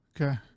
Okay